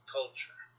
culture